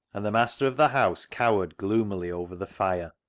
and the master of the house cowered gloomily over the fire.